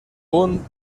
punt